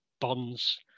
bonds